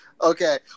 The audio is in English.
Okay